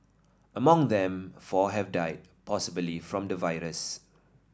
among them four have died possibly from the virus